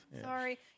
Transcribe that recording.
Sorry